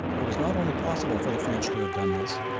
it was not only possible for the french to have done this,